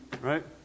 Right